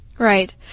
Right